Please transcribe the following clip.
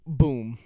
boom